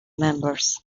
members